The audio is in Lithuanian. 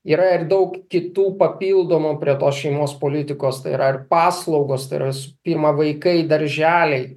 yra ir daug kitų papildomų prie tos šeimos politikos tai yra ir paslaugos tai yra visų pirma vaikai darželiai